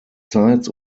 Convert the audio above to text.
zeitz